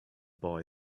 boy